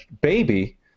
baby